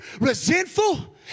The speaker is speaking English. resentful